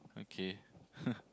okay